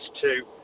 two